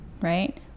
right